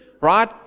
Right